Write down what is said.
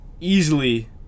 easily